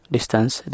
Distance